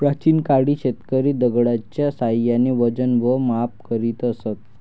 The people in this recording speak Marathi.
प्राचीन काळी शेतकरी दगडाच्या साहाय्याने वजन व माप करीत असत